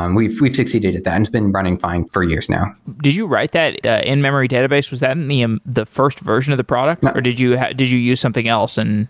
um we've we've succeeded at that and it's been running fine for years now. did you write that ah in-memory database? was that and the um the first version of the product or did you did you use something else and